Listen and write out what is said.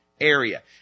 area